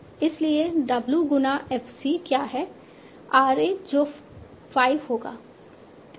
इसलिए w गुना fc क्या है RA जो 5 होगा